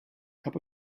cup